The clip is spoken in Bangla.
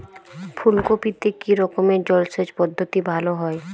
ফুলকপিতে কি রকমের জলসেচ পদ্ধতি ভালো হয়?